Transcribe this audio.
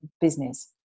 business